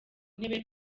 intebe